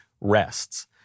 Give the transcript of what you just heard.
rests